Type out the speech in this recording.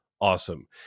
awesome